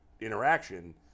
interaction